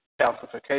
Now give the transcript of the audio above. calcification